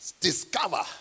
Discover